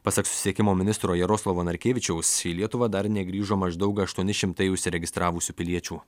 pasak susisiekimo ministro jaroslavo narkevičiaus į lietuvą dar negrįžo maždaug aštuoni šimtai užsiregistravusių piliečių